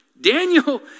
Daniel